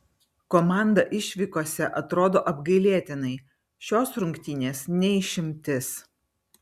komanda išvykose atrodo apgailėtinai šios rungtynės ne išimtis